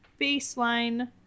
baseline